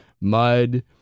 Mud